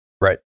right